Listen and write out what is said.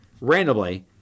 randomly